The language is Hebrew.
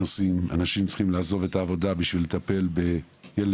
אנשים צריכים לעזוב את העבודה כדי לטפל בילד,